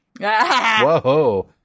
whoa